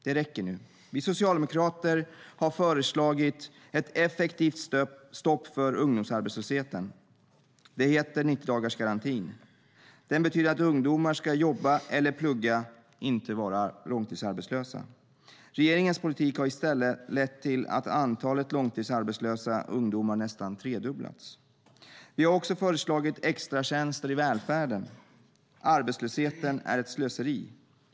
Det räcker nu. Vi socialdemokrater har föreslagit ett effektivt stopp för ungdomsarbetslösheten. Det heter 90-dagarsgarantin. Den betyder att ungdomar ska jobba eller plugga, inte vara långtidsarbetslösa. Regeringens politik har i stället lett till att antalet långtidsarbetslösa ungdomar nästan tredubblats. Vi har också föreslagit extratjänster i välfärden. Arbetslösheten är ett slöseri.